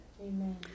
Amen